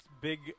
big